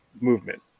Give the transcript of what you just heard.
movement